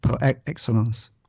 excellence